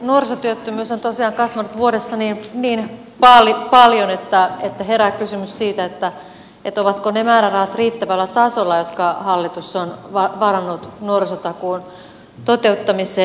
nuorisotyöttömyys on tosiaan kasvanut vuodessa niin paljon että herää kysymys siitä että ovatko ne määrärahat riittävällä tasolla jotka hallitus on varannut nuorisotakuun toteuttamiseen